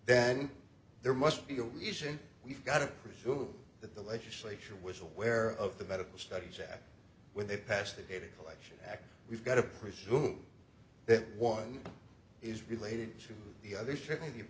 then there must be a reason we've got to presume that the legislature was aware of the medical studies that when they passed the data collection act we've got to presume that one is related to the other